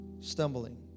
stumbling